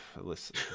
listen